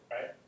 right